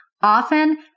Often